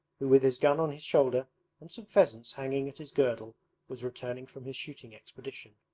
who with his gun on his shoulder and some pheasants hanging at his girdle was returning from his shooting expedition.